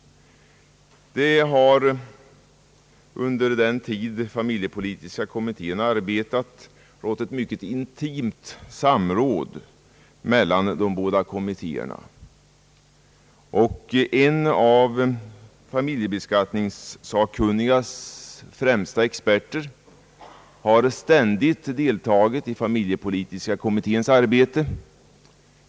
Under den tid familjepolitiska kommittén arbetat har det skett ett mycket intimt samråd mellan de båda kommittéerna, och en av familjeskatteberedningens främsta experter har ständigt deltagit i familjepolitiska kommitténs arbete.